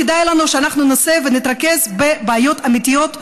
כדאי לנו שנעשה ונתרכז בבעיות האמיתיות,